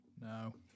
No